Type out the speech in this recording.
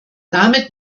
damit